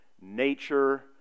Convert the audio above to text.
nature